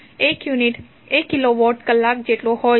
1 unit 1 kilowatt કલાક જેટલો છે